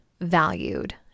valued